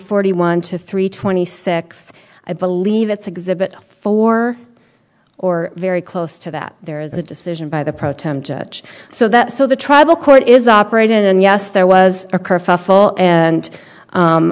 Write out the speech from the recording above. forty one to three twenty six i believe it's exhibit four or very close to that there is a decision by the pro tem judge so that so the tribal court is operated and yes there was a